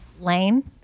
lane